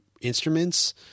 instruments